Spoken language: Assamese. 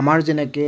আমাৰ যেনেকৈ